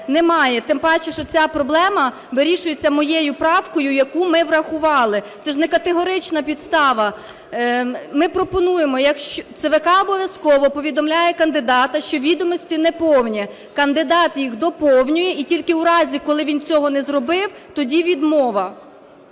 Немає. Тим паче, що ця проблема вирішується моєю правкою, яку ми врахували, це ж не категорична підстава. Ми пропонуємо: ЦВК обов'язково повідомляє кандидата, що відомості неповні, кандидат їх доповнює, і тільки у разі, коли він цього не зробив, тоді відмова.